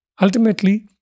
Ultimately